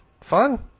Fun